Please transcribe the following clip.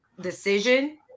decision